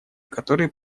которые